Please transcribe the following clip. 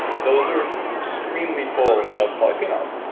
those are extremely full of polyphenols.